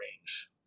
range